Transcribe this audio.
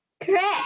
Correct